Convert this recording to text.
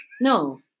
No